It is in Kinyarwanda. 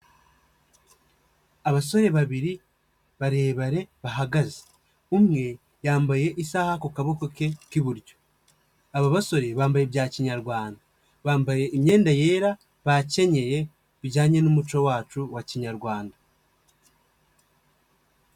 Abasore babiri barebare bahagaze, umwe yambaye isaha ku kaboko ke k'iburyo, aba basore bambaye ibya kinyarwanda, bambaye imyenda yera bakenyeye bijyanye n'umuco wacu wa Kinyarwanda.